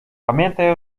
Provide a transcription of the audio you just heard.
pamiętaj